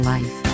Life